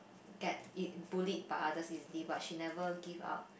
get bullied by others easily but she never give up